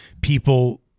people